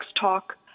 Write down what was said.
talk